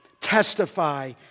testify